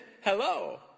hello